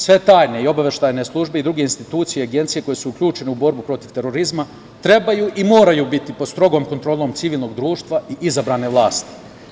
Sve tajne i obaveštajne službe i druge institucije i agencije koje su uključene u borbu protiv terorizma trebaju i moraju biti pod strogom kontrolom civilnog društva i izabrane vlasti.